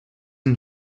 and